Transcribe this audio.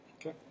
Okay